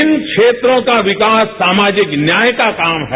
इन क्षेत्रों का विकास सामाजिक न्याय का काम है